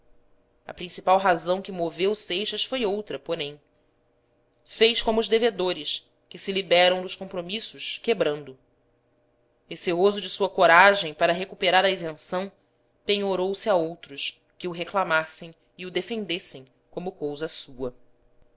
a principal razão que moveu seixas foi outra porém fez como os devedores que se liberam dos compromissos que brando receoso de sua coragem para recuperar a isenção penhorou se a outros que o reclamassem e o defendessem como cousa sua